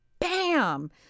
BAM